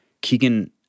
Keegan